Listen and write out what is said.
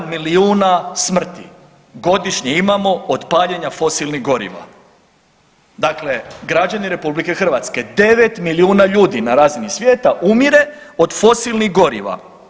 8,7 milijuna smrti godišnje imamo od paljenja fosilnih goriva, dakle građani RH, 9 milijuna ljudi na razini svijeta umire od fosilnih goriva.